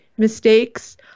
mistakes